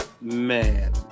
Man